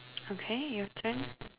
okay your turn